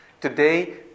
Today